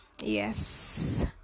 yes